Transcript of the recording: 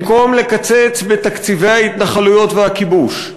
במקום לקצץ בתקציבי ההתנחלויות והכיבוש,